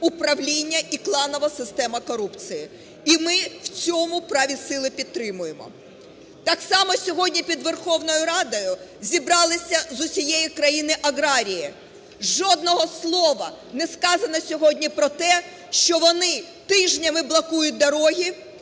управління і кланова система корупції. І ми в цьому праві сили підтримуємо. Так само сьогодні під Верховною Радою зібралися з усієї країни аграрії. Жодного слова не сказано сьогодні про те, що вони тижнями блокують дороги,